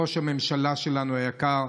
ראש הממשלה שלנו היקר,